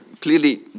clearly